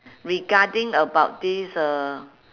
regarding about this uh